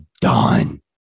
done